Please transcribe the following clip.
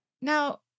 Now